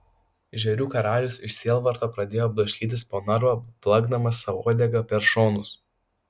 žvėrių karalius iš sielvarto pradėjo blaškytis po narvą plakdamas sau uodega per šonus